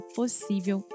possível